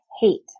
hate